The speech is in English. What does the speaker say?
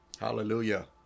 Hallelujah